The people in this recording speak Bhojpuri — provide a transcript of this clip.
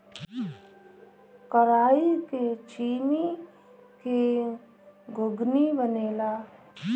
कराई के छीमी के घुघनी बनेला